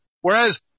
whereas